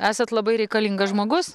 esat labai reikalingas žmogus